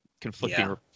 conflicting